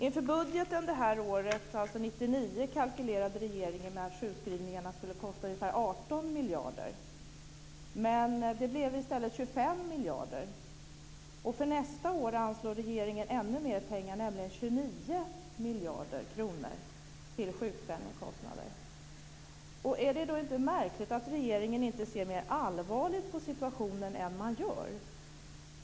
Inför 1999 års budget kalkylerade regeringen med att sjukskrivningarna skulle kosta ungefär 18 miljarder, men det blev i stället 25 miljarder. För nästa år anslår regeringen ännu mer pengar, nämligen 29 miljarder kronor, till sjukpenningkostnader. Är det inte märkligt att regeringen inte ser mer allvarligt på situationen än man gör?